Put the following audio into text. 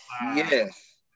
Yes